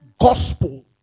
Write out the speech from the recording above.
gospel